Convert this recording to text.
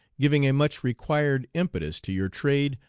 giving a much required impetus to your trade,